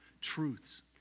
truths